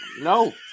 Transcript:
No